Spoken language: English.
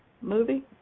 movie